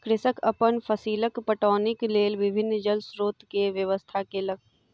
कृषक अपन फसीलक पटौनीक लेल विभिन्न जल स्रोत के व्यवस्था केलक